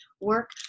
work